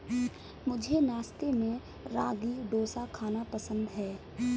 मुझे नाश्ते में रागी डोसा खाना पसंद है